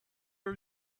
are